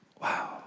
wow